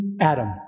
Adam